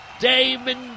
Damon